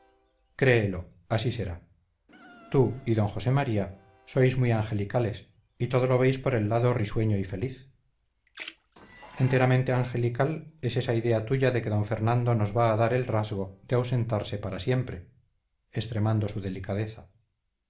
créelo así será tú y d josé maría sois muy angelicales y todo lo veis por el lado risueño y feliz enteramente angelical es esa idea tuya de que d fernando nos va a dar el rasgo de ausentarse para siempre extremando su delicadeza